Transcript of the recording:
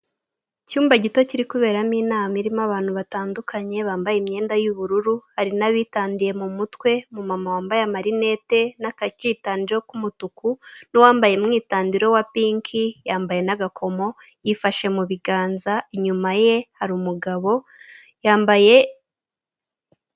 Icyumba gito kiri kuberamo inama irimo abantu batandukanye, bambaye imyenda y'ubururu, hari n'a nabitadiye mu mutwe, umu mama wambaye amarinete n'akakitandiro k'umutuku, n'uwambaye umwitandiro wa pinki yambaye n'agakomo, yifashe mu biganza inyuma ye hari umugabo yambaye.